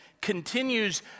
continues